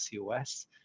cos